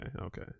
okay